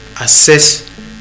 assess